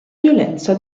violenza